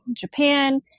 Japan